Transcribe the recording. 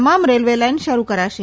તમામ railway line શરૂ કરાશે